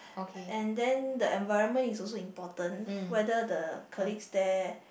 and then the environment is also important whether the colleagues there